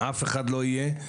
אף אחד לא יהיה.